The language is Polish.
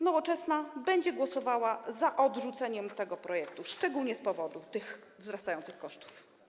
Nowoczesna będzie głosowała za odrzuceniem tego projektu, szczególnie z powodu tych wzrastających kosztów.